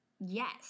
yes